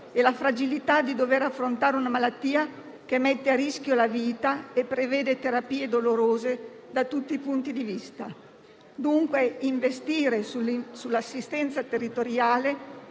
e la fragilità di dover affrontare una malattia che mette a rischio la vita e prevede terapie dolorose da tutti i punti di vista. Occorre quindi investire sull'assistenza territoriale,